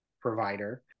provider